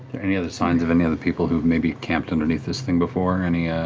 any other signs of any other people who have maybe camped underneath this thing before? any